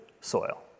soil